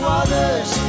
others